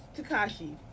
Takashi